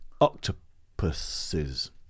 octopuses